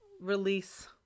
release